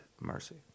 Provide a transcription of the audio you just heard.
mercy